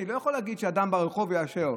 אני לא יכול להגיד שאדם ברחוב יאשר,